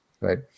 right